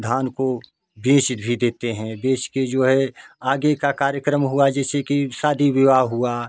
धान को बेच भी देते है बेच के जो है आगे का कार्यक्रम हुआ जैसे कि शादी विवाह हुआ